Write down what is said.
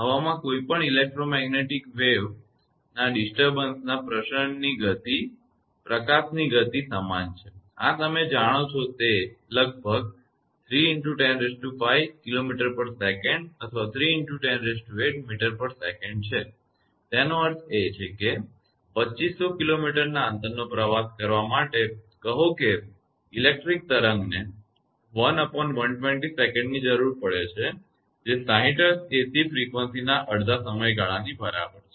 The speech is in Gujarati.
હવામાં કોઈપણ ઇલેક્ટ્રોમેગ્નેટિક વિક્ષેપ ના પ્રસરણની ગતિ પ્રકાશની ગતિ સમાન છે આ તમે જાણો છો કે લગભગ તે 3×105 kmsec અથવા 3×108 msec છે તેનો અર્થ છે કે 2500 કિલોમીટરના અંતરનો પ્રવાસ કરવા માટે કહો કે ઇલેક્ટ્રિક તરંગ ને 1120 સેકંડની જરૂર પડે છે જે 60 Hzહર્ટ્ઝ એસી ફ્રેક્યુએનસીના અડધા સમયગાળાની બરાબર છે